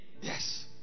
Yes